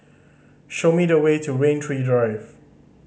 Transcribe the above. show me the way to Rain Tree Drive